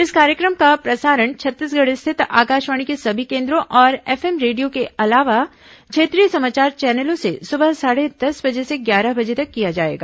इस कार्यक्रम का प्रसारण छत्तीसगढ़ स्थित आकाशवाणी के सभी केन्द्रों और एफएम रेडियो के अलावा क्षेत्रीय समाचार चैनलों से सुबह साढ़े दस बजे से ग्यारह बजे तक किया जाएगा